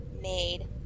made